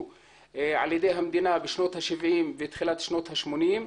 על-ידי המדינה בשנות ה-70 ותחילת שנות ה-80,